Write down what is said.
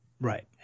Right